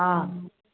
हँ